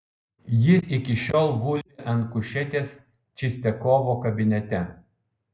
jis iki šiol guli ant kušetės čistiakovo kabinete